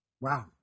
Wow